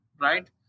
right